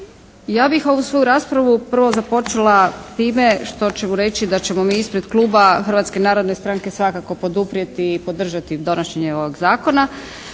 Ja bih ovu svoju raspravu prvo započela time što ću reći da ćemo mi ispred kluba Hrvatske narodne stranke svakako poduprijeti i podržati donošenje ovog zakona.